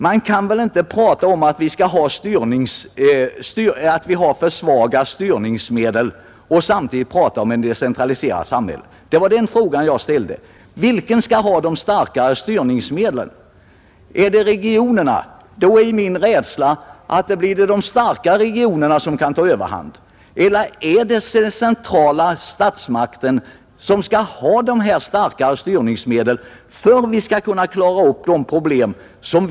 Man kan väl inte tala om att vi har för svaga styrningsmedel samtidigt som man säger att vi har ett decentraliserat samhälle. Jag ställde frågan: Vilken skall ha de starkare styrningsmedlen? Om det är regionerna som skall ha dem, då är jag rädd för att de starkare regionerna tar överhand. Eller är det den centrala statsmakten som skall förfoga över de starkare styrningsmedlen för att vi skall kunna klara upp de problem som föreligger?